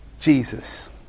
Jesus